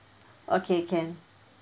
okay can